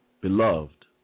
Beloved